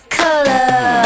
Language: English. color